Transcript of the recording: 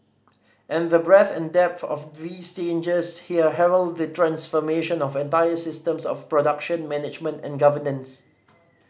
and the breadth and depth of these changes here herald the transformation of entire systems of production management and governance